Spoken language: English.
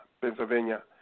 Pennsylvania